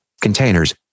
Containers